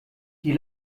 die